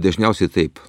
dažniausiai taip